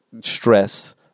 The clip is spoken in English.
stress